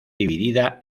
dividida